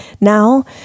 now